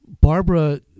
Barbara